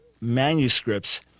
manuscripts